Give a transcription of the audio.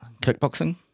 kickboxing